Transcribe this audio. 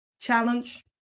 challenge